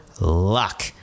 luck